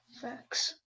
facts